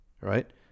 right